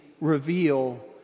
reveal